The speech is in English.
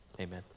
amen